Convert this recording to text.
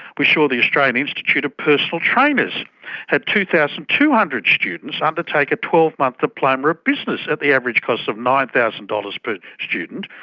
we saw the australian institute of personal trainers had two thousand two hundred students undertake a twelve month diploma of business at the average cost of nine thousand dollars per but student,